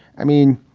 i mean,